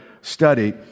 study